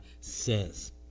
says